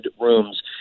rooms